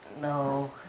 No